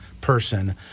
person—